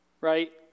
right